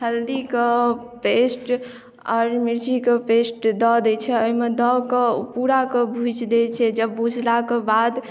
हलदीके paste आओर मिर्चीके paste दऽ दै छै ओहिमे दऽ कऽ पूरा कऽ भुजि दै छै जब भुजलाके बाद